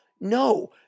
No